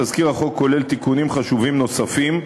תזכיר החוק כולל תיקונים חשובים נוספים,